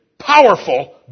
powerful